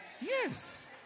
yes